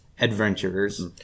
adventurers